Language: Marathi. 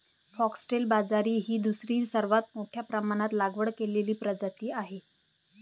फॉक्सटेल बाजरी ही दुसरी सर्वात मोठ्या प्रमाणात लागवड केलेली प्रजाती आहे